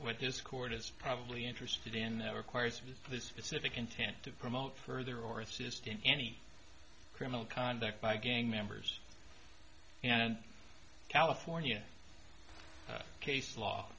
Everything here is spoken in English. what this court is probably interested in that requires the specific intent to promote further or assist in any criminal conduct by gang members and california case law